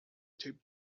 taped